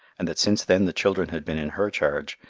and that since then the children had been in her charge,